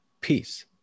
peace